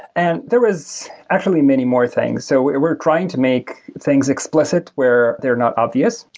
and there was actually many more things. so we're we're trying to make things explicit, where they're not obvious,